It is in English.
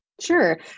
sure